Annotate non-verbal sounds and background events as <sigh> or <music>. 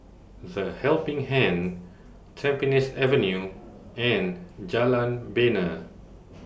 The Helping Hand Tampines Avenue and Jalan Bena <noise>